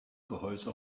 gehäuse